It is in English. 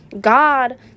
god